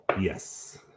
yes